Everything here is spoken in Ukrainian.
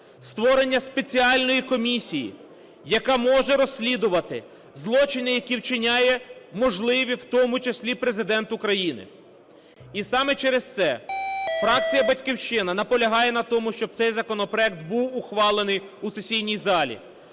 створення спеціальної комісії, яка може розслідувати злочини, які вчиняє можливі, в тому числі, і Президент України. І саме через це фракція "Батьківщина" наполягає на тому, щоб цей законопроект був ухвалений у сесійній залі.